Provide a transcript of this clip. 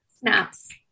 Snaps